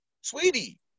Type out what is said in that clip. sweetie